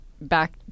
back